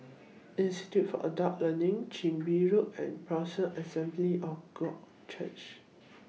Institute For Adult Learning Chin Bee Road and Berean Assembly of God Church